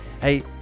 Hey